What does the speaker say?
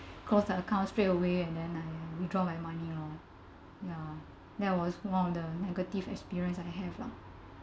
close the account straight away and then I withdrew my money lor ya that was one of the negative experience